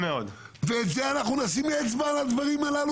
ואת זה אנחנו נשים אצבע על הדברים הללו